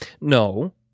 No